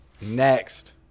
Next